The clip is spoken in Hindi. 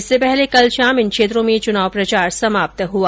इससे पहले कल शाम इन क्षेत्रों में चुनाव प्रचार समाप्त हो गया